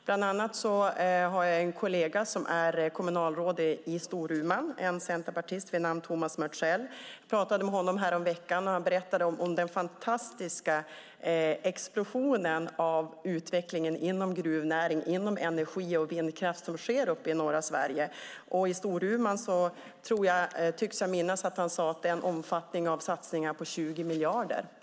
Bland annat har jag en kollega som är kommunalråd i Storuman, en centerpartist vid namn Tomas Mörtsell. Jag pratade med honom häromveckan, och han berättade om den fantastiska explosion av utveckling inom gruvnäring, energi och vindkraft som sker uppe i norra Sverige. När det gäller Storuman tycker jag mig minnas att han sade att satsningarna har en omfattning av 20 miljarder.